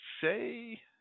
say